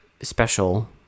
special